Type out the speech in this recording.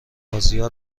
بازیا